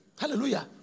Hallelujah